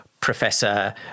Professor